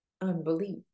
unbelief